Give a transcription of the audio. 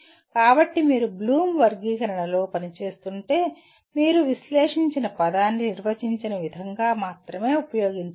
కాబట్టి మీరు బ్లూమ్ వర్గీకరణలో పనిచేస్తుంటే మీరు విశ్లేషించిన పదాన్ని నిర్వచించిన విధంగా మాత్రమే ఉపయోగించాలి